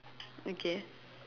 okay